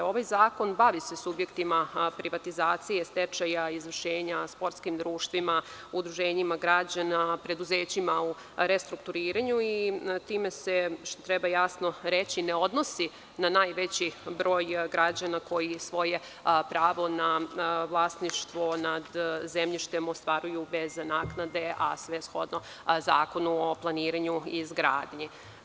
Ovaj zakon bavi se subjektima privatizacije, stečaja, izvršenja, sportskim društvima, udruženjima građana, preduzećima u restrukturiranju i time se treba jasno reći, ne odnosi na najveći broj građana koji svoje pravo na vlasništvo nad zemljištem ostvaruju bez naknade, a sve shodno Zakonu o planiranju i izgradnji.